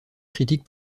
critiques